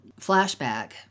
flashback